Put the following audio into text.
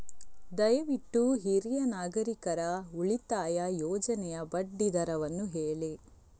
ದಯವಿಟ್ಟು ಹಿರಿಯ ನಾಗರಿಕರ ಉಳಿತಾಯ ಯೋಜನೆಯ ಬಡ್ಡಿ ದರವನ್ನು ಹೇಳಿ